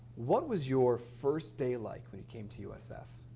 what was your first day like when you came to usf?